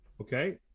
Okay